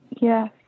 Yes